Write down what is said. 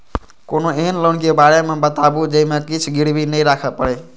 कोनो एहन लोन के बारे मे बताबु जे मे किछ गीरबी नय राखे परे?